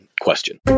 question